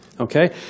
okay